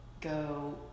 go